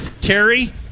Terry